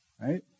Right